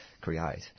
create